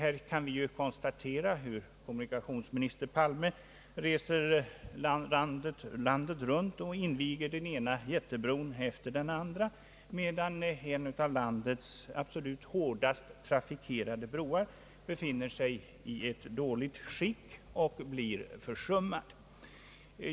Vi kan konstatera hur kommunikationsminister Palme reser landet runt och inviger den ena jättebron efter den andra, medan en av landets absolut mest trafikerade broar befinner sig i ett dåligt skick och frågan om en ny blir försummad.